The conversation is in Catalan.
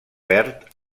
verd